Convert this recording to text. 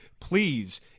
Please